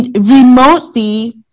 remotely